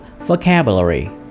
vocabulary